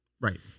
right